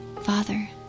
Father